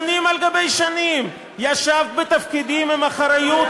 שנים על גבי שנים ישבת בתפקידים עם האחריות